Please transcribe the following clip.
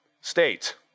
state